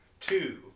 two